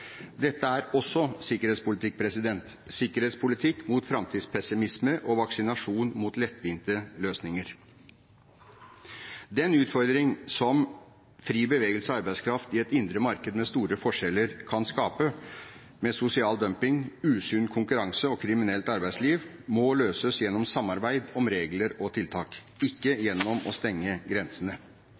Dette er også sikkerhetspolitikk, sikkerhetspolitikk mot framtidspessimisme og vaksinasjon mot lettvinte løsninger. Den utfordring som fri bevegelse av arbeidskraft i et indre marked med store forskjeller kan skape med sosial dumping, usunn konkurranse og kriminelt arbeidsliv, må løses gjennom samarbeid om regler og tiltak, ikke gjennom å stenge grensene.